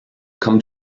come